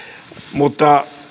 mutta